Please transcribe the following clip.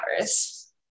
hours